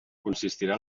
consistirà